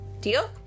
Deal